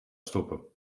stoppen